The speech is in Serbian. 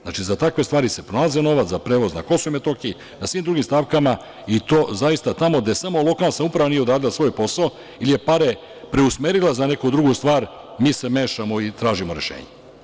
Znači, za takve stvari se pronalazi novac, za prevoz na Kosovu i Metohiji, na svim drugim stavkama i to zaista tamo gde samo lokalna samouprava nije uradila svoj posao ili je pare preusmerila za neku drugu stvar mi se mešamo i tražimo rešenje.